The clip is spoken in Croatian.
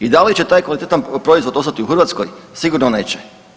I dali će taj kvalitetan proizvod ostati u Hrvatskoj, sigurno neće.